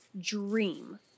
dream